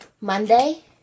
Monday